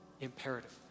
imperative